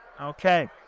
Okay